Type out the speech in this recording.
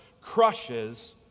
crushes